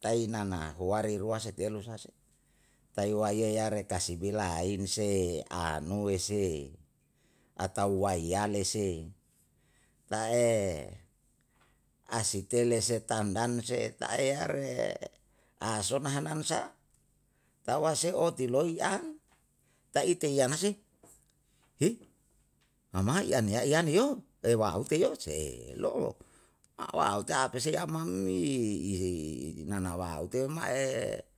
tainana huari rua setelu isa si. tai waiyeyare kasibi lain se, a nue se, atau waiyale se, na e asitele se tamdan se tae yare a sona hanan sa, tau ase'e otiloi an, ta'i te'iyana se. mama'i aniyai yaniyo, e wauteyo, sei lo'o wa auta apesei amamni i nanawaute um mae